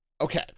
Okay